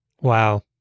Wow